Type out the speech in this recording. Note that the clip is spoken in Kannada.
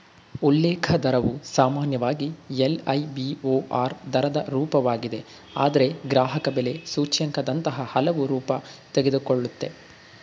ಉಲ್ಲೇಖ ದರವು ಸಾಮಾನ್ಯವಾಗಿ ಎಲ್.ಐ.ಬಿ.ಓ.ಆರ್ ದರದ ರೂಪವಾಗಿದೆ ಆದ್ರೆ ಗ್ರಾಹಕಬೆಲೆ ಸೂಚ್ಯಂಕದಂತಹ ಹಲವು ರೂಪ ತೆಗೆದುಕೊಳ್ಳುತ್ತೆ